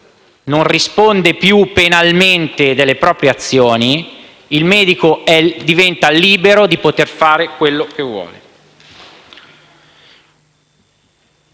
non risponde più penalmente delle proprie azioni, diventa libero di poter fare ciò che vuole.